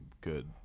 good